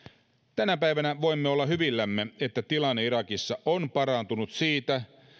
tänä päivänä voimme olla hyvillämme että tilanne irakissa on parantunut siitä